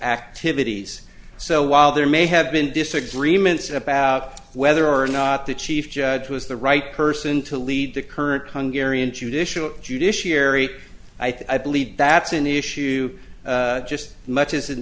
activities so while there may have been disagreements about whether or not the chief judge was the right person to lead the current hungary and judicial judiciary i think i believe that's an issue just much as